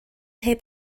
heb